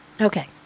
Okay